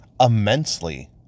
immensely